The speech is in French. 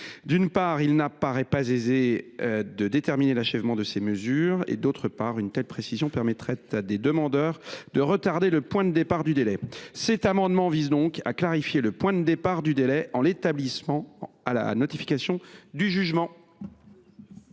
d’une part, il n’apparaît pas aisé de déterminer « l’achèvement » de ces mesures et, d’autre part, une telle précision permettrait à des demandeurs de retarder le point de départ du délai. Cet amendement vise donc à fixer ce point de départ à la notification du jugement.